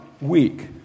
week